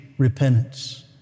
Repentance